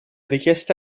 richiesta